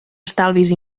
estalvis